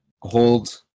hold